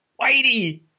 Whitey